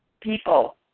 people